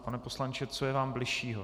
Pane poslanče, co je vám bližšího?